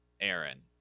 Aaron